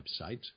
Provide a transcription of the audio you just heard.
website